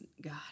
God